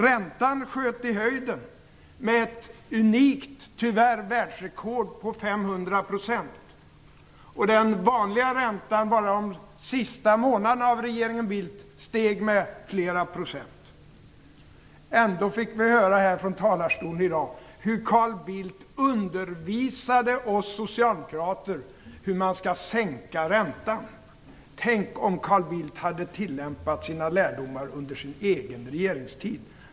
Räntan sköt i höjden med ett unikt världsrekord, tyvärr, på 500 %. Den vanliga räntan steg bara de sista månaderna av regeringen Bildt med flera procent. Ändå fick vi nu höra från talarstolen hur Carl Bildt undervisade oss socialdemokrater om hur man skall sänka räntan. Tänk om Carl Bildt hade tillämpat sina lärdomar under sin egen regeringstid.